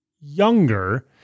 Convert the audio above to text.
younger